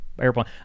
airplane